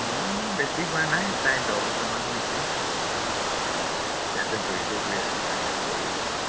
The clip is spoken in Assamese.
মোৰ বেছি হোৱা নাই প্ৰায় দহ বছৰমান হৈছে ইয়াতে হে জড়িত হৈ ৰাইজৰ সেৱা কৰি আছোঁ আৰু